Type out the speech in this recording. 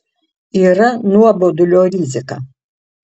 yra nuobodulio rizika